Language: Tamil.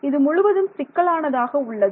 இது முழுவதும் சிக்கலானதாக உள்ளது